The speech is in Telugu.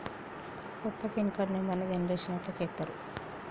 కొత్త పిన్ కార్డు నెంబర్ని జనరేషన్ ఎట్లా చేత్తరు?